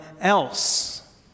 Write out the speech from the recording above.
else